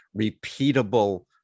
repeatable